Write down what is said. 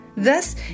Thus